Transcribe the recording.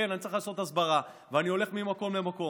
כן, אני צריך לעשות הסברה, ואני הולך ממקום למקום.